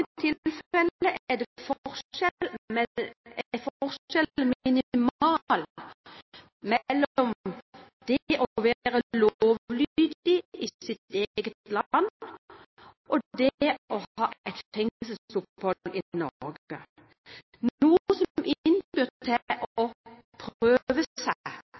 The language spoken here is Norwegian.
er forskjellen minimal mellom det å være lovlydig i sitt eget land og det å ha et fengselsopphold i Norge, noe som innbyr til å prøve seg,